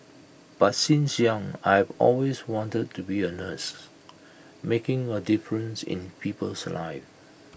but since young I have always wanted to be A nurse making A difference in people's lives